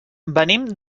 venim